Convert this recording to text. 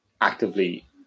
actively